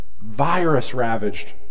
virus-ravaged